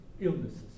illnesses